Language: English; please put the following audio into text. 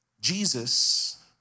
Jesus